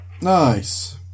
nice